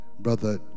brother